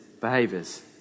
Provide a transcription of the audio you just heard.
behaviors